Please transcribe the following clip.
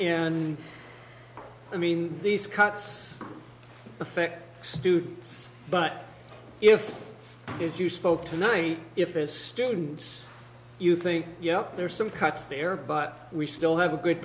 and i mean these cuts affect students but if you do spoke tonight if as students you think yeah there's some cuts there but we still have a good